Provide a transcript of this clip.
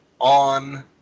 on